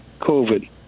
covid